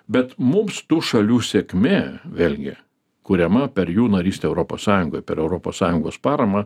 bet mums tų šalių sėkmė vėlgi kuriama per jų narystę europos sąjungoj per europos sąjungos paramą